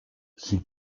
sie